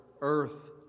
earth